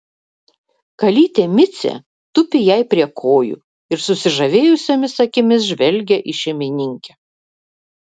kalytė micė tupi jai prie kojų ir susižavėjusiomis akimis žvelgia į šeimininkę